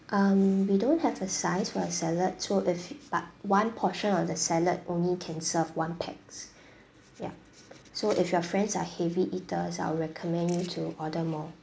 um we don't have a size for our salad so if but one portion of the salad only can serve one pax ya so if your friends are heavy eaters I would recommend you to order more